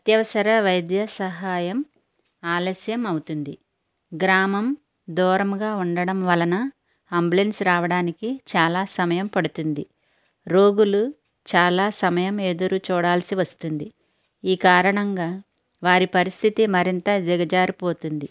అత్యవసర వైద్య సహాయం ఆలస్యం అవుతుంది గ్రామం దూరంగా ఉండడం వలన అంబులెన్స్ రావడానికి చాలా సమయం పడుతుంది రోగులు చాలా సమయం ఎదురుచూడల్సి వస్తుంది ఈ కారణంగా వారి పరిస్థితి మరింత దిగజారిపోతోంది